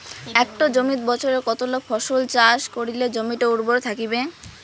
একটা জমিত বছরে কতলা ফসল চাষ করিলে জমিটা উর্বর থাকিবে?